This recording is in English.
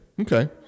Okay